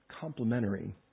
complementary